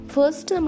First